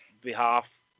behalf